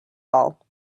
all